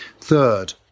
Third